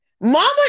Mama